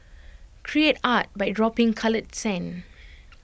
create art by dropping coloured sand